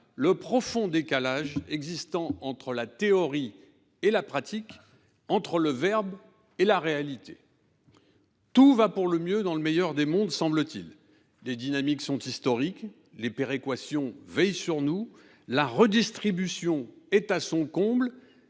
le profond décalage existant entre la théorie et la pratique, entre le verbe et la réalité. Tout va pour le mieux dans le meilleur des mondes, semble t il. Les dynamiques sont historiques, les péréquations veillent sur nous, la redistribution est à son comble.